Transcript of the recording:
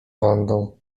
bandą